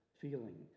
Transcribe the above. feeling